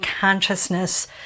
consciousness